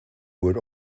would